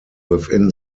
within